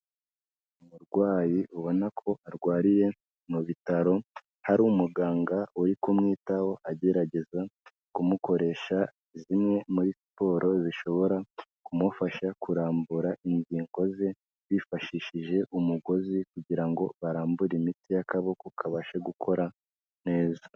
Umurwayi ubona ko arwariye mu bitaro, hari umuganga uri kumwitaho agerageza kumukoresha zimwe muri siporo zishobora kumufasha kurambura ingingo ze, bifashishije umugozi kugira ngo barambure imiti y'akaboko kabashe gukora neza.